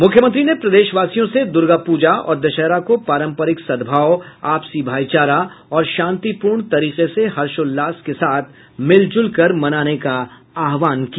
मुख्यमंत्री ने प्रदेशवासियों से दूर्गा पूजा और दशहरा को पारस्परिक सद्भाव आपसी भाईचारा और शांतिपूर्ण तरीके से हर्षोल्लास के साथ मिल जुलकर मनाने का आह्वान किया